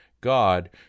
God